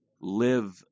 live